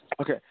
Okay